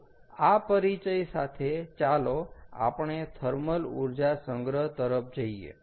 તો આ પરિચય સાથે ચાલો આપણે થર્મલ ઊર્જા સંગ્રહ તરફ જઈએ